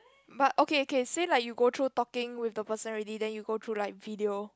but okay okay say like you go through talking with the person already then you go through like video